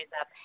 up